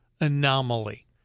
anomaly